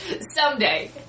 someday